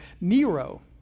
Nero